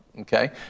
Okay